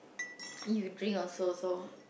you drink also so